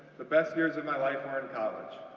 the best years of my life are in college.